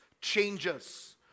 changes